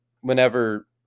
whenever –